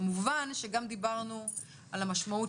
כמובן שגם דיברנו על המשמעות,